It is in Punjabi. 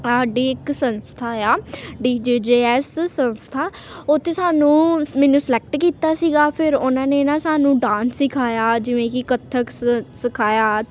ਸਾਡੀ ਇੱਕ ਸੰਸਥਾ ਆ ਡੀ ਜੇ ਜੇ ਐੱਸ ਸੰਸਥਾ ਉੱਥੇ ਸਾਨੂੰ ਮੈਨੂੰ ਸਲੈਕਟ ਕੀਤਾ ਸੀਗਾ ਫਿਰ ਉਹਨਾਂ ਨੇ ਨਾ ਸਾਨੂੰ ਡਾਂਸ ਸਿਖਾਇਆ ਜਿਵੇਂ ਕਿ ਕੱਥਕ ਸ ਸਿਖਾਇਆ